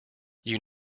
you